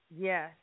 Yes